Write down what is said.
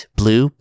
blue